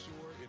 sure